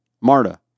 MARTA